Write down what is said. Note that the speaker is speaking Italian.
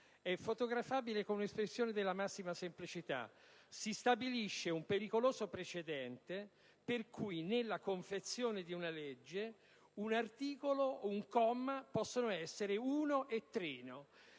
è fotografabile con un'espressione della massima semplicità. Si stabilisce un pericoloso precedente per cui, nella confezione di una legge, un articolo, o un comma, può essere uno e trino: